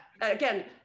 again